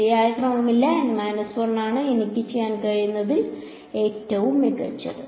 ശരിയായ ക്രമമില്ല N 1 ആണ് എനിക്ക് ചെയ്യാൻ കഴിയുന്ന ഏറ്റവും മികച്ചത്